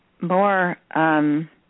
more